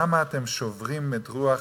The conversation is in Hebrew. למה אתם שוברים את הרוח